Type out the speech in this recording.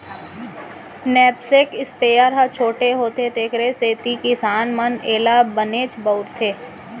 knapsack sprayer ह छोटे होथे तेकर सेती किसान मन एला बनेच बउरथे